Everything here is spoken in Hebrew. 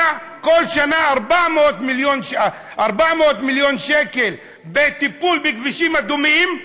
בכל שנה 400 מיליון שקל בטיפול בכבישים אדומים,